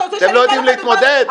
אתם לא יודעים להתמודד.